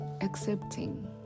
accepting